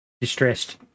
distressed